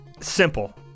Simple